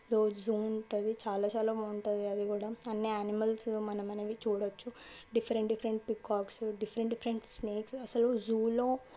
zoo ఉంటుంది చాలా చాలా బాగుంటుంది అది కూడా అన్ని యానిమల్స్ మనం అవన్నీ చూడొచ్చు different different peacocks different different snakes అసలు రూమ్లో